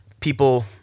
people